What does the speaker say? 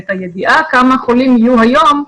את הידיעה כמה חולים יהיו היום,